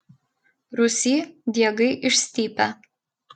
rūsy diegai išstypę